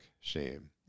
shame